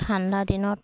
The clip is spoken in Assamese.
ঠাণ্ডা দিনত